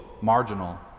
marginal